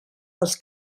els